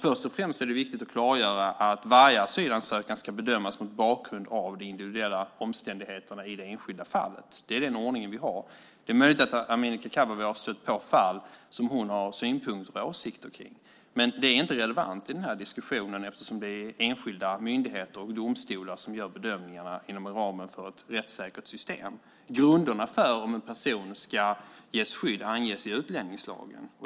Först och främst är det viktigt att klargöra att varje asylansökan ska bedömas mot bakgrund av de individuella omständigheterna i det enskilda fallet. Det är den ordning som vi har. Det är möjligt att Amineh Kakabaveh har stött på fall som hon har synpunkter och åsikter kring. Men det är inte relevant i den här diskussionen, eftersom det är enskilda myndigheter och domstolar som gör bedömningarna inom ramen för ett rättssäkert system. Grunderna för om en person ska ges skydd anges i utlänningslagen.